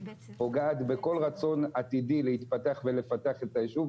פוגעת בכל רצון עתידי להתפתח ולפתח את היישוב.